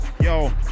Yo